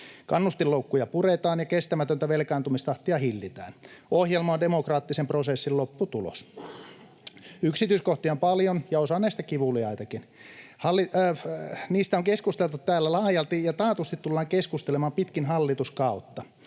Kannustinloukkuja puretaan ja kestämätöntä velkaantumistahtia hillitään. Ohjelma on demokraattisen prosessin lopputulos. Yksityiskohtia on paljon, ja osa kivuliaitakin. Niistä on keskusteltu täällä laajalti ja taatusti tullaan keskustelemaan pitkin hallituskautta.